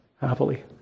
happily